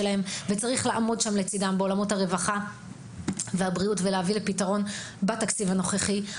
צריך לעמוד לצידם בעולמות הרווחה והבריאות ולהביא פתרון בתקציב הנוכחי.